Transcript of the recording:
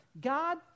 God